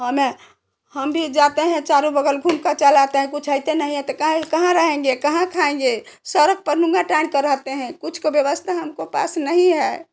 हो मैं हम भी जाते हैं चारो बगल घूम के चले आते हैं कुछ हेते नहीं है तो काहाँ रहेंगे कहाँ खाएँगे सड़क पर नोवा टनके रहते हैं कुछ का व्यवस्था हम को पास नहीं है